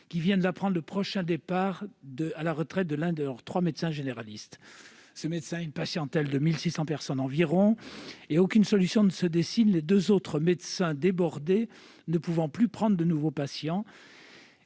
qui viennent d'apprendre le prochain départ à la retraite de l'un de leurs trois médecins généralistes. Ce médecin a une patientèle de 1 600 personnes environ, pour lesquelles aucune solution ne se dessine, les deux autres médecins, débordés, ne pouvant plus prendre de nouveaux patients.